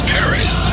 Paris